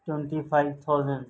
twenty five thousand